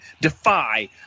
Defy